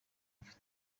mufite